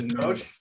Coach